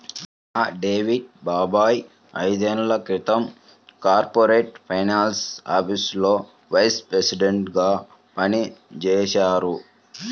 మా డేవిడ్ బాబాయ్ ఐదేళ్ళ క్రితం కార్పొరేట్ ఫైనాన్స్ ఆఫీసులో వైస్ ప్రెసిడెంట్గా పనిజేశారు